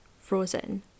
frozen